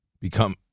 become